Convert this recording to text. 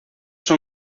son